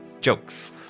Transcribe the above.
Jokes